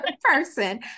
person